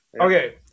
Okay